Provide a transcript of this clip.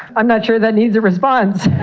i'm not sure that needs a response!